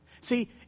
See